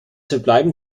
verbleiben